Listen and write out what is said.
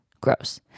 gross